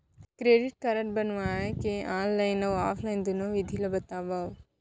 Credit card बनवाए के online अऊ ऑफलाइन दुनो विधि ला बतावव?